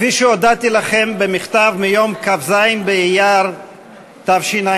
כפי שהודעתי לכם במכתב מיום כ"ז באייר התשע"ד,